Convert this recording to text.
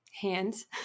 hands